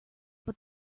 but